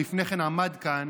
שלפני כן עמד כאן